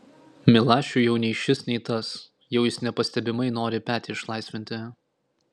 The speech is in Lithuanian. milašiui jau nei šis nei tas jau jis nepastebimai nori petį išlaisvinti